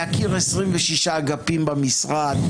להכיר 26 אגפים במשרד,